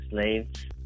slaves